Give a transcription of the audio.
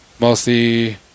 Mostly